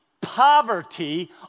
Poverty